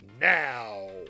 now